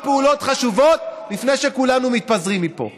פעולות חשובות לפני שכולנו מתפזרים מפה.